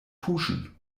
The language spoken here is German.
puschen